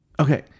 okay